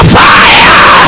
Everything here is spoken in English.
fire